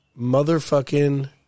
motherfucking